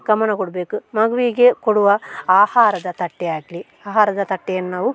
ಗಮನ ಕೊಡಬೇಕು ಮಗುವಿಗೆ ಕೊಡುವ ಆಹಾರದ ತಟ್ಟೆ ಆಗಲಿ ಆಹಾರದ ತಟ್ಟೆಯನ್ನು ನಾವು